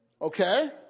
Okay